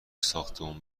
ساختمون